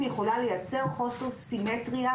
יכולה לייצר חוסר סימטריה,